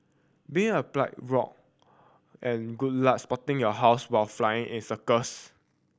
being a pilot rock and good luck spotting your house while flying in circles